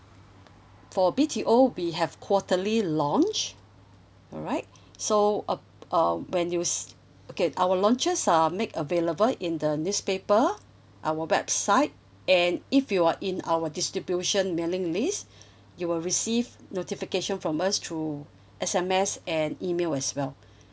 for B_T_O we have quarterly launch alright so uh um when you okay our launches are make available in the newspaper our website and if you are in our distribution mailing list you will receive notification from us through S_M_S and email as well